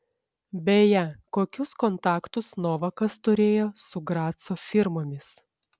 beje kokius kontaktus novakas turėjo su graco firmomis